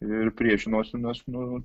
ir priešinosi nes nu